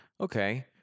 okay